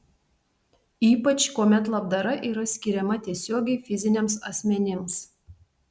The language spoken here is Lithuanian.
ypač kuomet labdara yra skiriama tiesiogiai fiziniams asmenims